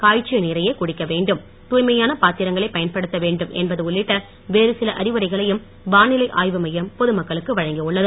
காய்ச்சிய நீரையே குடிக்க வேண்டும் தூய்மையான பாத்திரங்களை பயன்படுத்த வெண்டும் என்பது உள்ளிட்ட வேறு சில அறிவுரைகளையும் வானிலை ஆய்வு மையம் பொது மக்களுக்கு வழங்கியுள்ளது